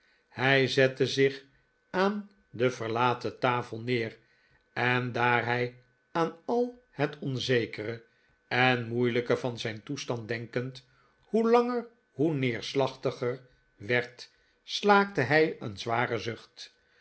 hij zette zich aan de verlaten tafel neer en daar hij aan al het onzekere en moeilijke van zijn toestand denkend hoe langer hoe neerslachtiger werd slaakte hij een zwaren zucht